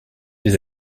des